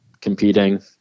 competing